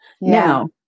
Now